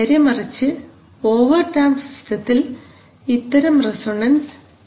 നേരെമറിച്ച് over damped സിസ്റ്റത്തിൽ ഇത്തരം റെസൊണൻസ് ഇല്ല